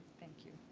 thank you.